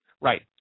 Right